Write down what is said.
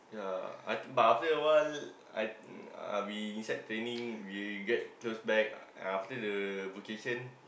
ya I but after awhile I uh we inside training we get close back after the vocation